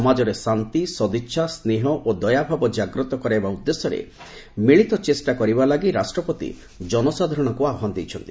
ସମାଜରେ ଶାନ୍ତି ସଦିଛା ସ୍ପେହ ଓ ଦୟାଭାବ ଯାଗ୍ରତ କରାଇବା ଉଦ୍ଦେଶ୍ୟରେ ମିଳିତ ଚେଷ୍ଟା କରିବା ଲାଗି ରାଷ୍ଟ୍ରପତି ଜନସାଧାରଣଙ୍କୁ ଆହ୍ୱାନ ଦେଇଛନ୍ତି